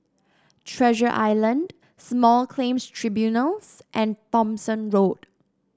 Treasure Island Small Claims Tribunals and Thomson Road